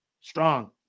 strong